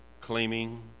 claiming